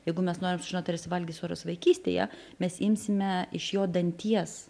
jeigu mes norim sužinot ar jis valgė soras vaikystėje mes imsime iš jo danties